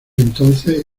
entonces